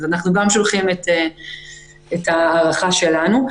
אנחנו גם שולחים את ההערכה שלנו.